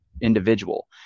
individual